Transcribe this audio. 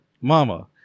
Mama